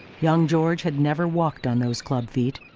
young george had never walked on those club-feet.